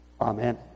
Amen